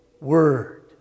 word